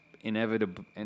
inevitable